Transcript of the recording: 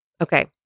Okay